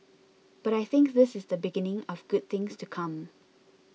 but I think this is the beginning of good things to come